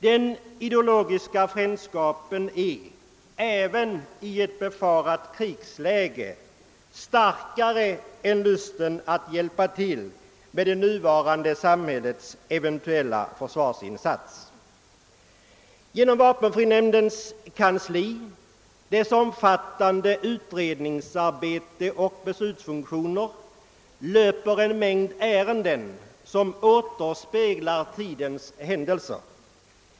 Den ideologiska frändskapen är, även i ett befarat krigsläge, starkare än 1lusten att hjälpa till med det nuvarande samhällets eventuella försvarsinsatser. Genom <:vapenfrinämndens «kansli, dess omfattande utredningsarbete och beslutsfunktioner löper en mängd ärenden som återspeglar tidens händelser.